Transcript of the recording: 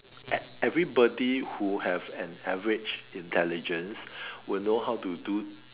ev~ everybody who have an average intelligence will know how to do